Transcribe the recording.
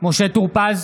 משה טור פז,